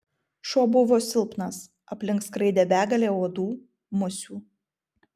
šuo buvo silpnas aplink skraidė begalė uodų musių